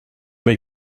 may